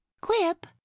Quip